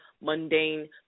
mundane